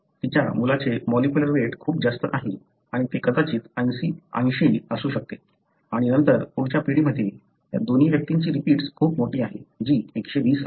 तिच्या मुलाचे molecular weight खूप जास्त आहे आणि ते कदाचित 80 असू शकते आणि नंतर पुढच्या पिढीमध्ये या दोन्ही व्यक्तींची रिपीट्स खूप मोठी आहे जी 120 आहे